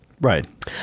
right